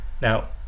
Now